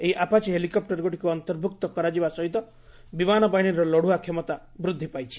ଏହି ଆପାଚି ହେଲିକପ୍ଟରଗୁଡ଼ିକୁ ଅନ୍ତର୍ଭୁକ୍ତ କରାଯିବା ସହିତ ବିମାନ ବାହିନୀର ଲଢୁଆ କ୍ଷମତା ବୃଦ୍ଧି ପାଇଛି